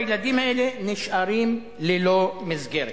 והילדים האלה נשארים ללא מסגרת.